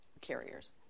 carriers